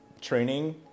training